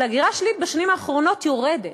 אבל ההגירה השלילית בשנים האחרונות יורדת.